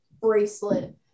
bracelet